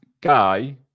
guy